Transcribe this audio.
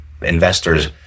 investors